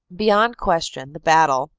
beyond question the battle,